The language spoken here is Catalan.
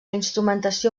instrumentació